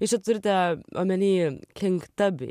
jūs čia turite omenyje kink tabį